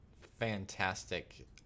fantastic